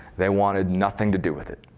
they wanted nothing to do with it.